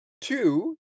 two